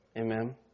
Amen